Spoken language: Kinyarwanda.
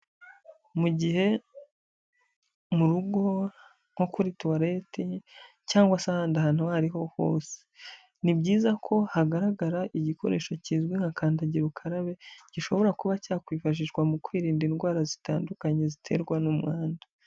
Mu gihe mugo nko kuri towarete cyangwa se ahandi hantu aho ari ho hose, ni byiza ko hagaragara igikoresho kizwi nka kandagira ukarabe gishobora kuba cyakwifashishwa mu kwirinda indwara zitandukanye ziterwa n'umwanda.